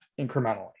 incrementally